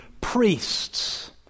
priests